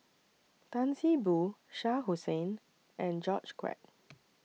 Tan See Boo Shah Hussain and George Quek